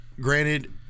granted